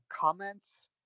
comments